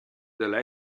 dalla